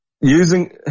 using